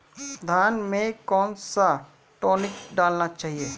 धान में कौन सा टॉनिक डालना चाहिए?